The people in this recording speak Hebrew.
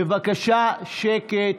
בבקשה שקט.